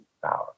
Power